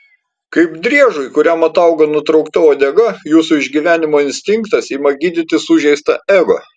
kaip driežui kuriam atauga nutraukta uodega jūsų išgyvenimo instinktas ima gydyti sužeistą ego